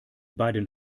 beiden